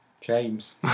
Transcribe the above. James